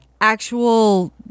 Actual